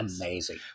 Amazing